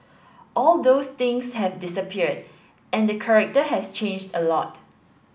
all those things have disappeared and the character has changed a lot